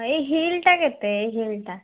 ଏଇ ହିଲ୍ଟା କେତେ ଏଇ ହିଲ୍ଟା